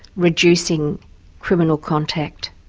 reducing criminal contact,